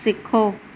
सिखो